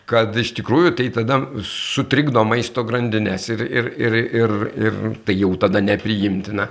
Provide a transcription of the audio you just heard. kad iš tikrųjų tai tada sutrikdo maisto grandines ir ir ir ir ir tai jau tada nepriimtina